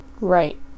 Right